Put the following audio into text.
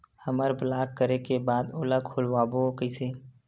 हमर ब्लॉक करे के बाद ओला खोलवाबो कइसे?